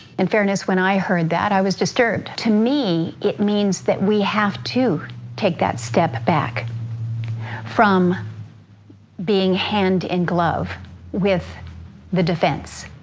in fairness, when i heard that, i was disturbed. to me, it means that we have to take that step back from being hand in glove with the defense.